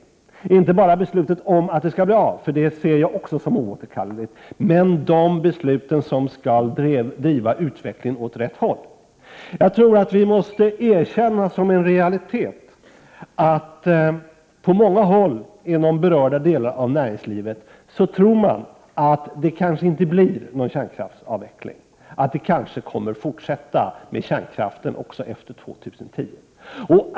Det gäller inte bara beslutet om att denna skall bli av — också det ser jag som oåterkalleligt — utan också de beslut som skall driva utvecklingen åt rätt håll. Jag tror att vi måste erkänna som en realitet att man på många håll inom berörda delar av näringslivet tror att det kanske inte blir någon kärnkraftsavveckling och att vi måhända kommer att ha kvar kärnkraften också efter år 2010.